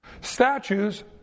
Statues